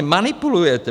Manipulujete.